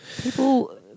People